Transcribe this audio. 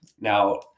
Now